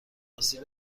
آسیب